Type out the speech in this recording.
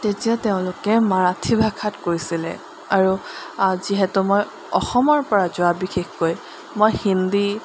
তেতিয়া তেওঁলোকে মাৰাঠী ভাষাত কৈছিলে আৰু যিহেতু মই অসমৰপৰা যোৱা বিশেষকৈ মই হিন্দী